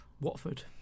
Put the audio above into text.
Watford